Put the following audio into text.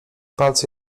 palce